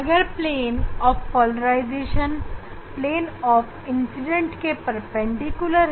अगर polarisation incident plane आपस में परपेंडिकुलर है तो वहां पर सिग्मा पॉलिसाइजेशन है